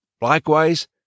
Likewise